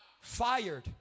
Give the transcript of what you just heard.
Fired